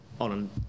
on